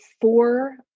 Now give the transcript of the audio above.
four